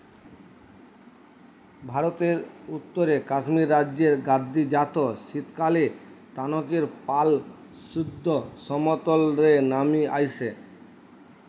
ভারতের উত্তরে কাশ্মীর রাজ্যের গাদ্দি জাত শীতকালএ তানকের পাল সুদ্ধ সমতল রে নামি আইসে